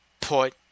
put